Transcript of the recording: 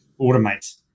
automates